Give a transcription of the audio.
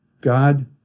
God